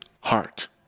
heart